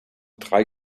drei